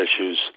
issues